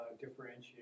differentiate